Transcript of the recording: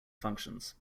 functions